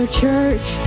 church